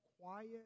quiet